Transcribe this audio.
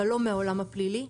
אבל לא מהעולם הפלילי.